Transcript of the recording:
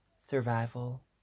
Survival